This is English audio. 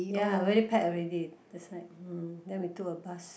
ya very packed already that's why mm then we took a bus